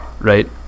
right